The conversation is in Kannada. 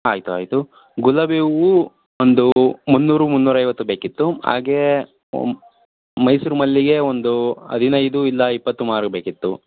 ಆಯಿತು ಆಯಿತು ಗುಲಾಬಿ ಹೂವು ಒಂದು ಮುನ್ನೂರು ಮುನ್ನೂರೈವತ್ತು ಬೇಕಿತ್ತು ಹಾಗೆ ಮೈಸೂರು ಮಲ್ಲಿಗೆ ಒಂದು ಹದಿನೈದು ಇಲ್ಲ ಇಪ್ಪತ್ತು ಮಾರು ಬೇಕಿತ್ತು